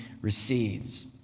receives